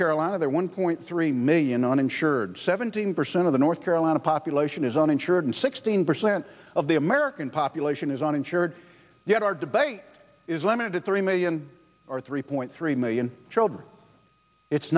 carolina there one point three million uninsured seventeen percent of the north carolina population is uninsured and sixteen percent of the american population is uninsured yet our debate is limited to three million or three point three million children it's